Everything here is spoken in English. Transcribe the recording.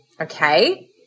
Okay